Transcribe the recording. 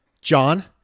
John